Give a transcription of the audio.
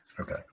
Okay